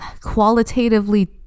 qualitatively